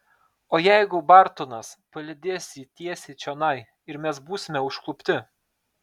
o jeigu bartonas palydės jį tiesiai čionai ir mes būsime užklupti